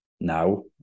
now